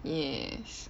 yes